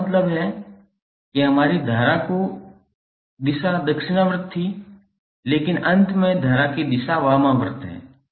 इसका मतलब है कि हमारी धारा की दिशा दक्षिणावर्त थी लेकिन अंत में धारा की दिशा वामावर्त है